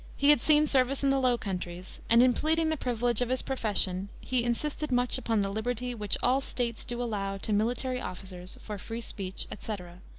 he had seen service in the low countries, and in pleading the privilege of his profession he insisted much upon the liberty which all states do allow to military officers for free speech, etc,